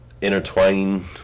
intertwining